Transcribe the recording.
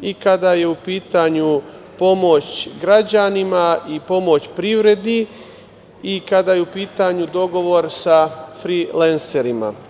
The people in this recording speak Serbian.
i kada je u pitanju pomoć građanima i pomoć privredi i kada je u pitanju dogovor sa frilenserima.